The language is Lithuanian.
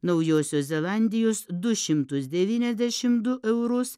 naujosios zelandijos du šimtus devyniasdešim du eurus